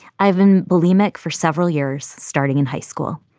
i've been bulimic for several years, starting in high school.